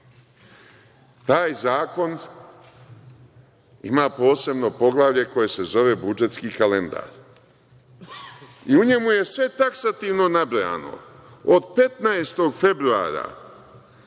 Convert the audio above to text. Taj zakon ima posebno poglavlje koje se zove – budžetski kalendar. U njemu je sve taksativno nabrojano od 15. februara